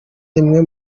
rimwe